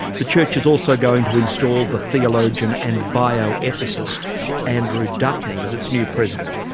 the church is also going to install the theologian and bio-ethicist andrew dutney as its new president.